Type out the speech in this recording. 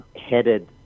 headed